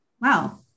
wow